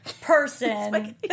person